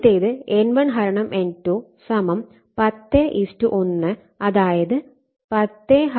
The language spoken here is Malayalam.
ആദ്യത്തേത് N1 N2 10 1അതായത് 101 10 ആണ്